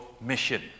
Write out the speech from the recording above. mission